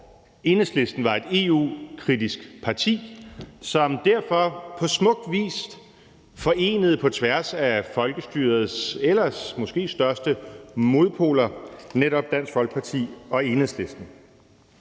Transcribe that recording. Enhedslisten var et EU-kritisk parti, som derfor på smuk vis forenede på tværs af folkestyrets ellers måske største modpoler, netop Dansk Folkeparti og Enhedslisten.